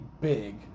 big